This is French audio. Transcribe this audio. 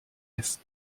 est